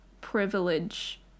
privilege